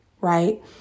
right